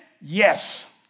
Yes